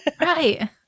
right